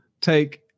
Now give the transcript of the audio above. Take